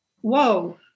Whoa